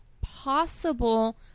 possible